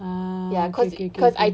ah okay okay okay okay